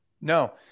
no